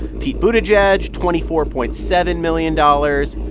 pete buttigieg twenty four point seven million dollars.